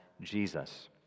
Jesus